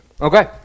Okay